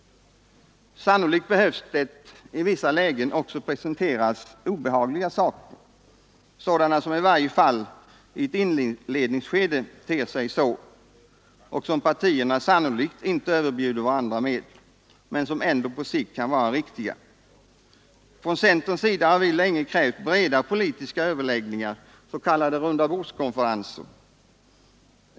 Sannolikt behöver det i vissa lägen också presenteras obehagliga saker, sådana som i varje fall i ett inledningsskede ter sig så och som partierna sannolikt inte överbjuder varandra med men som ändå på sikt kan vara riktiga. Från centerns sida har vi länge krävt breda politiska överläggningar, s.k. rundabordskonferenser.